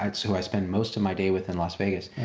um so i spend most of my day within las vegas.